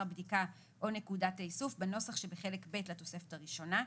הבדיקה או נקודת האיסוף בנוסח שבחלק ב' לתוספת הראשונה,